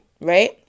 Right